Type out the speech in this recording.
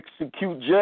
execute